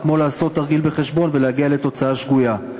זה כמו לעשות תרגיל בחשבון ולהגיע לתוצאה שגויה.